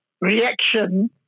reaction